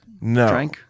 No